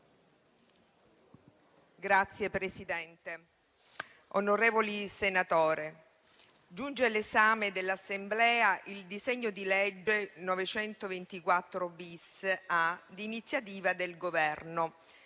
Signora Presidente, onorevoli senatori, giunge all'esame dell'Assemblea il disegno di legge n. 924-*bis,* d'iniziativa del Governo,